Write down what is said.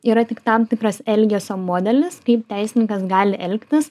yra tik tam tikras elgesio modelis kaip teisininkas gali elgtis